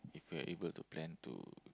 if we're able to plan to